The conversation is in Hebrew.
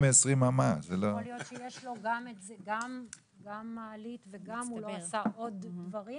יכול להיות שיש לו גם מעלית וגם הוא לא עשה עוד דברים